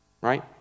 right